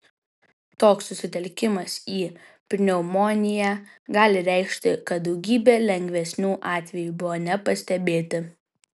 toks susitelkimas į pneumoniją gali reikšti kad daugybė lengvesnių atvejų buvo nepastebėti